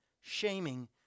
shaming